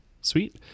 Sweet